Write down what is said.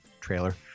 trailer